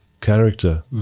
character